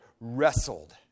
wrestled